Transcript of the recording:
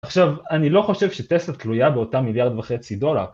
עכשיו אני לא חושב שטסלה תלויה באותה מיליארד וחצי דולר